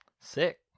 sick